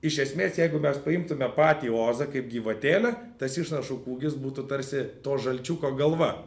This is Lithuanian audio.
iš esmės jeigu mes paimtume patį ozą kaip gyvatėlę tas išnašų kūgis būtų tarsi to žalčiuko galva